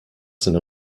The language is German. seiner